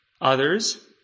Others